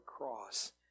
cross